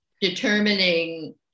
Determining